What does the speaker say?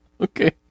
Okay